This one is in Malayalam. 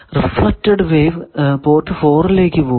റിഫ്ലെക്ടഡ് വേവ് പോർട്ട് 4 ലേക്ക് പോകുന്നു